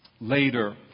later